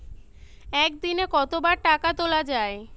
একদিনে কতবার টাকা তোলা য়ায়?